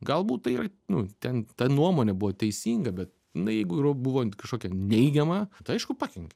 galbūt tai yra nu ten ta nuomonė buvo teisinga bet na jeigu ir buvo kažkokia neigiama tai aišku pakenkia